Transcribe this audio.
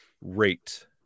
rate